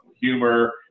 humor